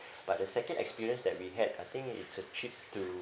but the second experience that we had I think it's a trip to